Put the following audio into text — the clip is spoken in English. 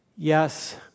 Yes